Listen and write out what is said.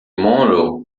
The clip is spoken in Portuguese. monroe